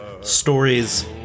Stories